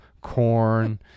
corn